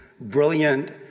brilliant